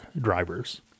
drivers